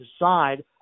decide